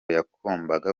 yagombaga